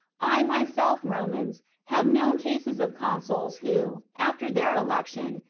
i myself, romans, have known cases of consuls who, after their election,